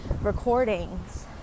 recordings